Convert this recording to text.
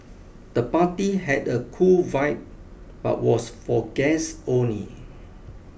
the party had a cool vibe but was for guests only